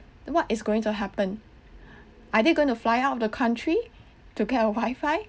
what is going to happen are they going to fly out the country to get a wifi